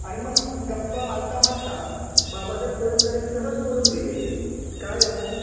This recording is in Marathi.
आणि मग गप्पा मारता मारता बाबासाहेब पुरंदरे सहज बोलून गेले काय ओ